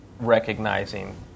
recognizing